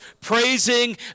praising